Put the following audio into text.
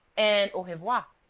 and au revoir.